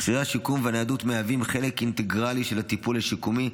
מכשירי השיקום והניידות מהווים חלק אינטגרלי של הטיפול השיקומי,